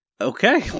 Okay